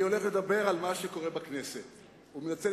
אני הולך לדבר על מה שקורה בכנסת ומנצל